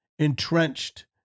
Entrenched